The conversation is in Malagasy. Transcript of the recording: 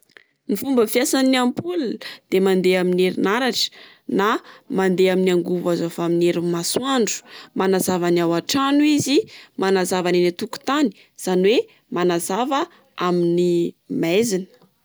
Ny fomba fiasan'ny ampoule: dia mandeha amin'ny herinaratra, na mandeha angovo azo avy amin'ny herin'ny masoandro. Manazava ny ao an-trano izy, manazava ny eny antokotany, izany hoe manazava amin'ny maizina.